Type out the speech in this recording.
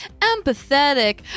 empathetic